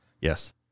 Yes